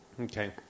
Okay